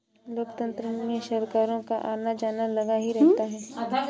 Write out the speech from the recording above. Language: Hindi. लोकतंत्र में सरकारों का आना जाना लगा ही रहता है